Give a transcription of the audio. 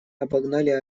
обогнали